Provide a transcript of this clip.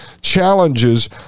challenges